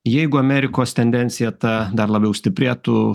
jeigu amerikos tendencija ta dar labiau stiprėtų